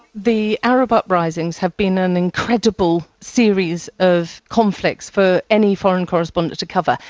the arab uprisings have been an incredible series of conflicts for any foreign correspondent to cover.